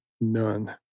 none